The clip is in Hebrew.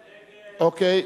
אוקיי.